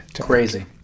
crazy